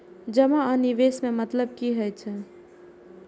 जमा आ निवेश में मतलब कि होई छै?